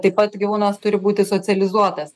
taip pat gyvūnas turi būti socializuotas